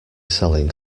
selling